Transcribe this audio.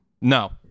No